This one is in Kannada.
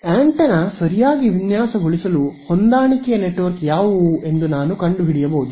ಆಂಟೆನಾ ಸರಿಯಾಗಿ ವಿನ್ಯಾಸಗೊಳಿಸಲು ಹೊಂದಾಣಿಕೆಯ ನೆಟ್ವರ್ಕ್ ಯಾವುದು ಎಂದು ನಾನು ಕಂಡುಹಿಡಿಯಬಹುದು